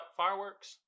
fireworks